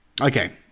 Okay